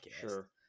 Sure